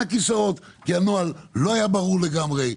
הכיסאות רק כי הנוהל לא היה ברור לגמרי,